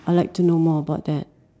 I like to know more about that